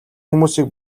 хүмүүсийг